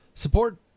Support